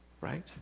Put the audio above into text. Right